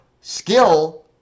skill